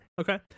Okay